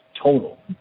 total